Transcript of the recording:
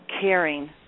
caring